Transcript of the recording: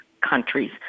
countries